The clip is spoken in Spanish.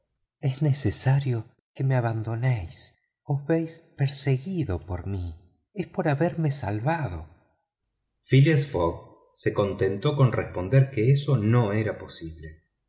es necesario que me abandonéis os veis perseguido por mí es por haberme salvado phileas fogg se contentó con responder que eso no era posible